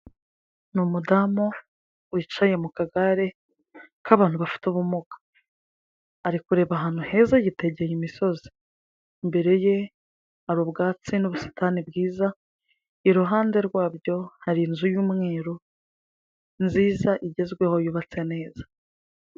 Ni umudamu wicaye mu kagare k'abantu bafite ubumuga, ari kureba ahantu heza yitegeye imisozi, imbere ye hari ubwatsi n'ubusitani bwiza, iruhande rwabyo hari inzu y'umweru nziza igezweho yubatse neza.